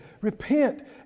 Repent